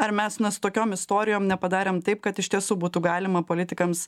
ar mes na su tokiom istorijom nepadarėm taip kad iš tiesų būtų galima politikams